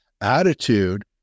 attitude